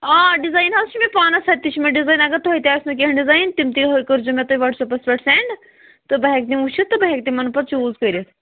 آ ڈِزایِن حظ چھُ مےٚ پانَس اَتھِ تہِ چھِ مےٚ ڈِزایِن اگر تۄہہِ تہِ آسِنو کینٛہہ ڈِزایِن تِم تہِ حظ کٔرۍزیو مےٚ تُہۍ وَٹسیپَس پٮ۪ٹھ سٮ۪نٛڈ تہٕ بہٕ ہٮ۪کہٕ تِم وٕچھِتھ تہٕ بہٕ ہٮ۪کہٕ تِمَن پتہٕ چوٗز کٔرِتھ